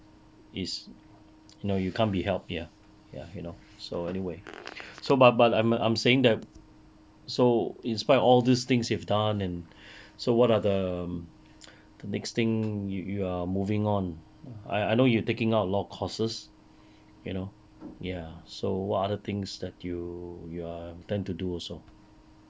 it's you know you can't be helped ya ya you know so anyway so but but I'm I'm saying that so in spite all these things you have done and so what are the mm the next thing you are moving on I know you are taking up a lot of courses you know ya so what other things that you are you intend to do also